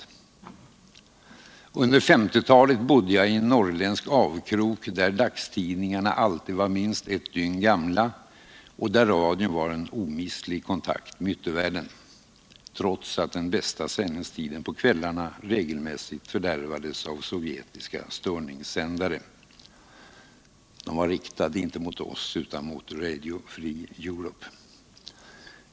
Under 1950-talet bodde jag i en norrländsk avkrok där dagstidningarna alltid var minst ett dygn gamla och där radion var en omistlig kontakt med yttervärlden — trots att den bästa sändningstiden på kvällarna regelmässigt fördärvades av sovjetiska störningssändare. De var inte riktade mot oss utan mot Radio Free Europe.